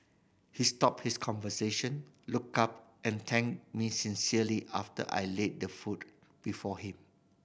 he stopped his conversation looked up and thanked me sincerely after I laid the food before him